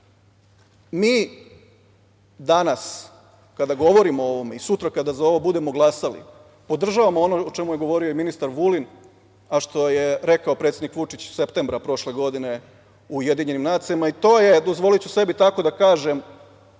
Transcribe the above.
mi danas kada govorimo o ovome i sutra kada za ovo budemo glasali, podržavamo ono o čemu je govorio ministar Vulin, a što je rekao predsednik Vučić septembra prošle godine u UN, a to je, dozvoliću sebi tako da kažem,